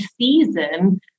season